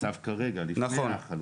המצב כרגע, לפני החלוקה.